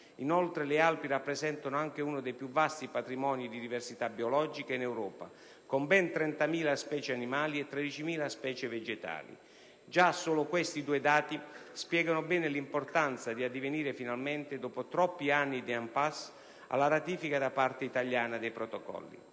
Inoltre le Alpi rappresentano anche uno dei più vasti patrimoni di diversità biologica in Europa, con ben 30.000 specie animali e 13.000 specie vegetali. Già solo questi due dati spiegano bene l'importanza di addivenire finalmente, dopo troppi anni di *impasse*, alla ratifica da parte italiana dei Protocolli.